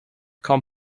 come